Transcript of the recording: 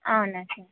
అవునా సార్